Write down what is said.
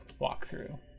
walkthrough